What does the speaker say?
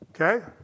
okay